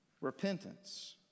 repentance